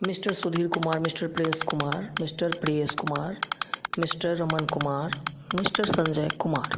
mister Sudhir Kumar mister Prince Kumar mister Priyesh Kumar mister Raman Kumar mister Sanjay Kumar